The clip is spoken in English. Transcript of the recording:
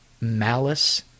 malice